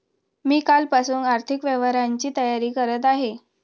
मी कालपासून आर्थिक व्यवहारांची तयारी करत आहे